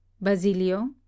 Basilio